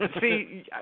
See